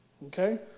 Okay